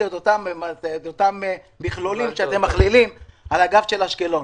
את אותם מכלולים שאתם מכלילים על הגב של אשקלון.